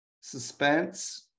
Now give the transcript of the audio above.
Suspense